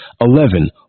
Eleven